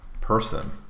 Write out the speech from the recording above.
person